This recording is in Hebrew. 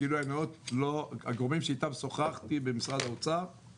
ביישובים היהודים שיש לך הריסות בתים אתה אומר,